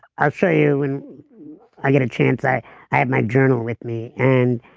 i'll show you when i get a chance, i i have my journal with me and